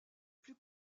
plus